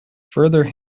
further